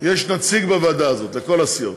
יש נציג בוועדה הזו, לכל הסיעות.